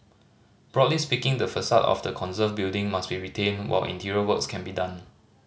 broadly speaking the facade of the conserved building must be retained while interior works can be done